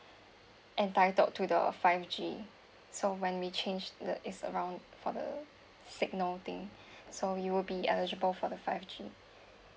entitled to the five G so when we change the is around for the signal thing so you'll be eligible for the five G